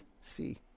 see